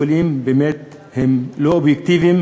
שיקולים שהם באמת לא אובייקטיביים?